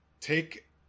take